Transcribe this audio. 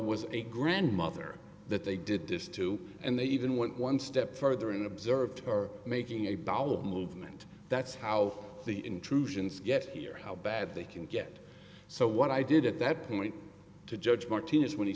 was a grandmother that they did this to and they even went one step further and observed are making a bowel movement that's how the intrusions get here how bad they can get so what i did at that point to judge martinez when he